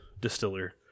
distiller